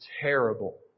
terrible